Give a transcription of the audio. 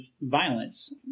violence